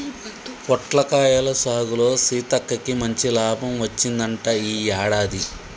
పొట్లకాయల సాగులో సీతక్కకు మంచి లాభం వచ్చిందంట ఈ యాడాది